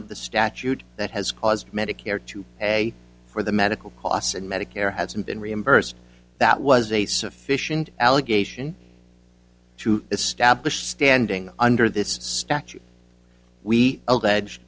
of the statute that has caused medicare to pay for the medical costs and medicare hasn't been reimbursed that was a sufficient allegation to establish standing under this statute we allege